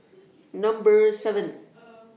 Number seven